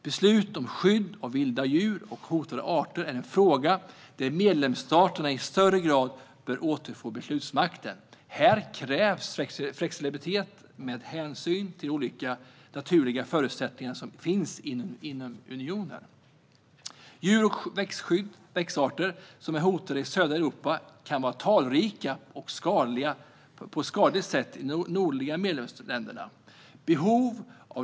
Beslut om skydd av vilda djur och hotade arter är en fråga där medlemsstaterna i större grad bör återfå beslutsmakten. Här krävs flexibilitet med hänsyn till de olika naturliga förutsättningar som finns inom unionen. Djur eller växtarter som är hotade i södra Europa kan vara talrika på ett skadligt sätt i de nordliga medlemsländerna.